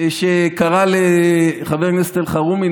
שקרא לחבר הכנסת אלחרומי,